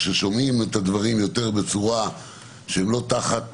כששומעים את הדברים כשהם לא תחת